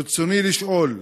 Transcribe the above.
ברצוני לשאול: